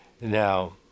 Now